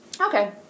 okay